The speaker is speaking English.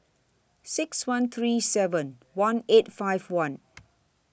six one three seven one eight five one